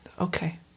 Okay